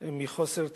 מחוסר תקציבים,